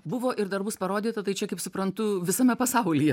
buvo ir dar bus parodyta tai čia kaip suprantu visame pasaulyje